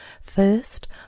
First